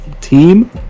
team